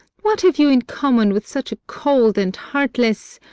what have you in common with such a cold and heartless